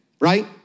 right